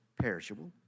perishable